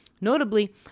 Notably